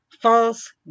false